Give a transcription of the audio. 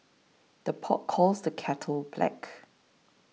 the pot calls the kettle black